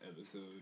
episode